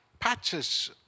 patches